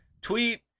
tweet